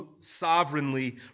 sovereignly